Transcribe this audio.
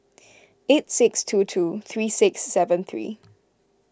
eight six two two three six seven three